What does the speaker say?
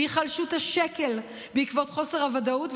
והיחלשות השקל בעקבות חוסר הוודאות.